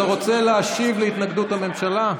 אתה רוצה להשיב על התנגדות הממשלה?